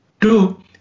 Two